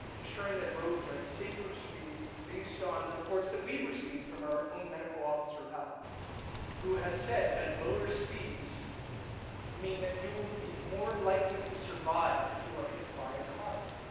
ensuring that roads are at safer speeds based on reports that we've received from our own medical officer of health who has said that lower speeds mean that you will be more likely to survive if you are hit by a car.